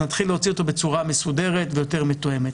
ונתחיל להוציא אותו בצורה מסודרת ויותר מתואמת.